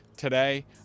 today